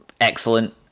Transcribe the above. excellent